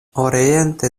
oriente